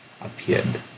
appeared